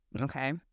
okay